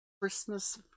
Christmas